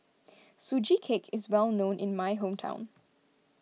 Sugee Cake is well known in my hometown